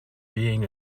being